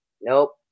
Nope